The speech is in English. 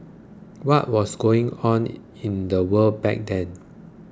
what was going on in the world back then